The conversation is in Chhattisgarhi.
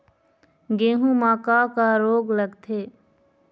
गेहूं म का का रोग लगथे?